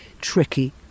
tricky